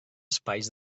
espais